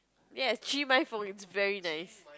yes see my phone it's very nice